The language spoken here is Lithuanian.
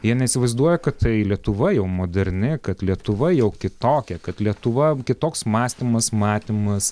jie neįsivaizduoja kad tai lietuva jau moderni kad lietuva jau kitokia kad lietuva kitoks mąstymas matymas